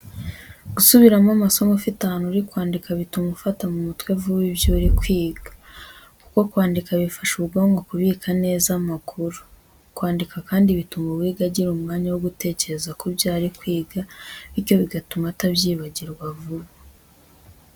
Gusubiramo amasomo ufite ahantu uri kwandika, bituma ufata mu mutwe vuba ibyo uri kwiga, kuko kwandika bifasha ubwonko kubika neza amakuru. Kwandika kandi bituma uwiga agira umwanya wo gutekereza ku byo ari kwiga, bityo bigatuma atabyibagirwa vuba.